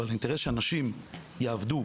אבל האינטרס שאנשים יעבדו,